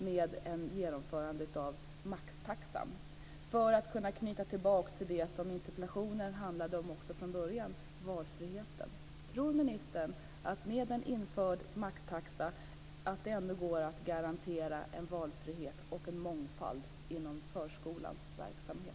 Jag anknyter alltså till det som interpellationen från början handlar om - valfriheten. Tror alltså ministern att det med en införd maxtaxa ändå går att garantera valfrihet och mångfald inom förskolans verksamhet?